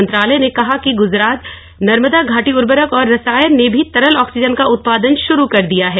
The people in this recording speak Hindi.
मंत्रालय ने कहा कि गुजरात नर्मदा घाटी उर्वरक और रसायन ने भी तरल ऑक्सीजन का उत्पादन शुरू कर दिया है